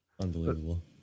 unbelievable